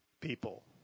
people